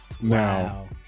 Now